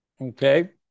Okay